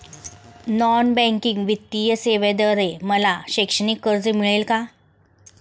Non banking वित्तीय सेवेद्वारे मला शैक्षणिक कर्ज मिळेल का?